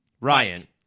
Ryan